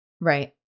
Right